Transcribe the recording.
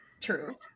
True